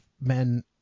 men